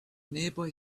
nearby